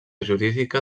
jurídica